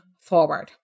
forward